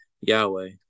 Yahweh